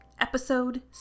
Episode